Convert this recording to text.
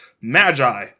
Magi